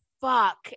fuck